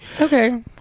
Okay